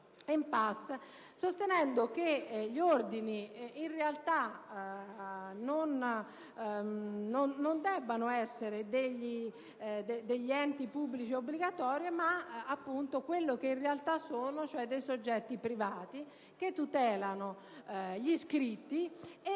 sostenendo che gli Ordini, in realtà, non devono essere degli enti pubblici obbligatori, ma appunto quello che in realtà sono, vale a dire dei soggetti privati che tutelano gli iscritti e